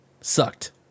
sucked